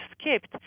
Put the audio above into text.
skipped